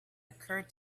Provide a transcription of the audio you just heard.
occurred